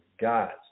God's